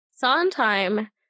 Sondheim